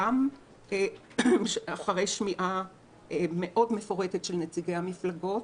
גם אחרי שמיעה מפורטת מאוד של נציגי המפלגות